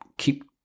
keep